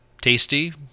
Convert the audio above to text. Tasty